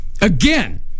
Again